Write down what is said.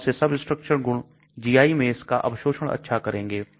कौन से सबस्ट्रक्चर गुण GI मे इसका अवशोषण अच्छा करेंगे